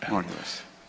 Molim vas!